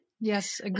Yes